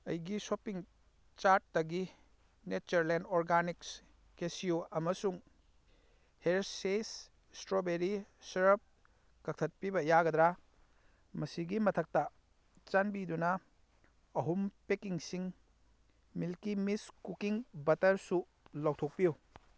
ꯑꯩꯒꯤ ꯁꯣꯞꯄꯤꯡ ꯆꯥꯔꯠꯇꯒꯤ ꯅꯦꯆꯔꯂꯦꯟ ꯑꯣꯔꯒꯥꯅꯤꯛꯁ ꯀꯦꯁꯤꯋꯣ ꯑꯃꯁꯨꯡ ꯍꯦꯔꯁꯦꯁ ꯏꯁꯇ꯭ꯔꯣꯕꯦꯔꯤ ꯁ꯭ꯔꯞ ꯀꯛꯊꯠꯄꯤꯕ ꯌꯥꯒꯗ꯭ꯔꯥ ꯃꯁꯤꯒꯤ ꯃꯊꯛꯇ ꯆꯥꯟꯕꯤꯗꯨꯅ ꯑꯍꯨꯝ ꯄꯦꯛꯀꯤꯡꯁꯤꯡ ꯃꯤꯜꯀꯤ ꯃꯤꯁ ꯀꯨꯀꯤꯡ ꯕꯇꯔꯁꯨ ꯂꯧꯊꯣꯛꯄꯤꯌꯨ